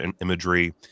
imagery